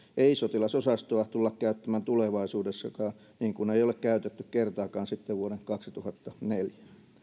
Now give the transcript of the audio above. ei sotilasosastoa tulla käyttämään tulevaisuudessakaan niin kuin ei ole käytetty kertaakaan sitten vuoden kaksituhattaneljä